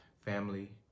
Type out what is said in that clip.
family